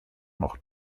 noch